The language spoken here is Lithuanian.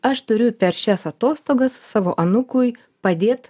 aš turiu per šias atostogas savo anūkui padėt